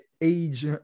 age